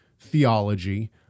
theology